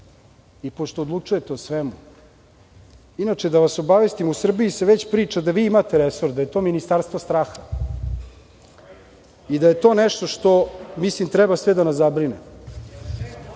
i pošto odlučujete o svemu. Inače da vas obavestim da se u Srbiji već priča da vi imate resor, da je to ministarstvo straha i da je to nešto što mislim da sve treba da nas zabrine.